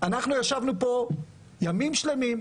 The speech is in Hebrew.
אנחנו ישבנו פה ימים שלמים,